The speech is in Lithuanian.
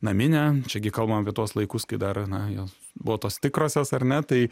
naminę čia gi kalbam apie tuos laikus kai dar na jos buvo tos tikrosios ar ne tai